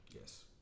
Yes